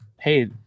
hey